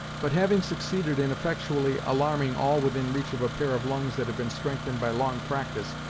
but having succeeded in effectually alarming all within reach of a pair of lungs that had been strengthened by long practice,